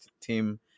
team